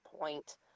point